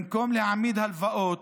במקום להעמיד הלוואות,